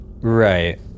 Right